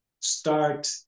start